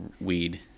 weed